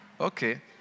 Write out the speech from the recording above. Okay